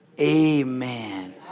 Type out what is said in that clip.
Amen